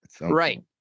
Right